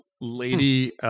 Lady